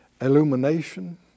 illumination